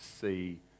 see